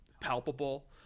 palpable